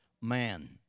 man